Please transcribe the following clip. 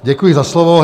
Děkuji za slovo.